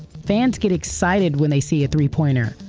fans get excited when they see a three pointer,